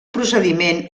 procediment